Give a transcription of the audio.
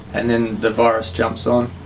and then the virus jumps on.